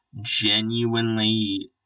genuinely